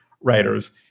Writers